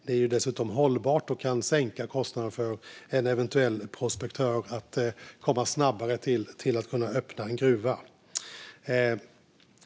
Det är dessutom hållbart och kan sänka kostnaden för en eventuell prospektör som snabbare kan komma att öppna en gruva.